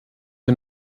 wir